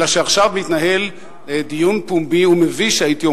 אלא שעכשיו מתנהל דיון פומבי ומביש על